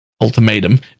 Ultimatum